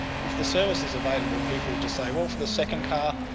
if the service is available, people just say, well, for the second car,